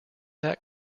that